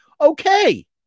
Okay